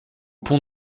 pont